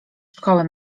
szkoły